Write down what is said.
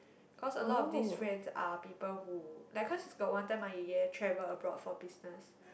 cause a lot these friends are people who like because is got like one time my 爷爷 travel abroad for business